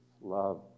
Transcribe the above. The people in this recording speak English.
Love